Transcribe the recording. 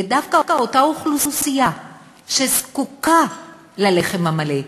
ודווקא אותה אוכלוסייה שזקוקה ללחם המלא,